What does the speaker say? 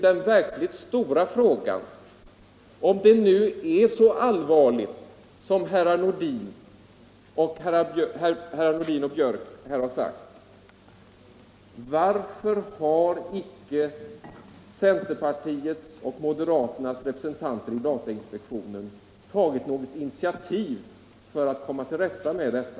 Den verkligt stora frågan blir i så fall: Om det nu är så allvarligt som herr Nordin och herr Björck i Nässjö har sagt, varför har då inte centerpartiets och moderaternas representanter i datainspektionen tagit initiativ för att komma till rätta med detta?